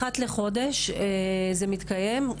אחת לחודש זה מתקיים,